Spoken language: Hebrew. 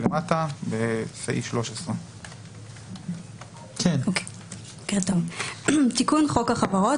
בסעיף 13. תיקון חוק החברות,